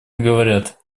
говорят